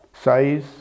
size